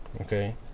okay